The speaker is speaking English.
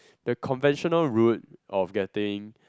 the conventional rule of getting